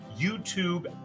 YouTube